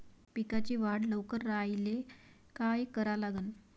पिकाची वाढ लवकर करायले काय करा लागन?